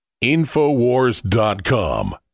InfoWars.com